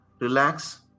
relax